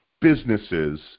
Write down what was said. businesses